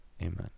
Amen